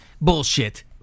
Bullshit